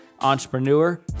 entrepreneur